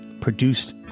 Produced